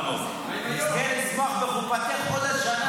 שנזכה לשמוח בחופתך עוד השנה.